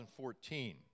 2014